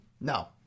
No